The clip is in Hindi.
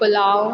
पुलाव